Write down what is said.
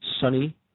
sunny